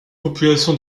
population